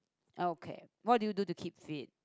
okay what do you do to keep fit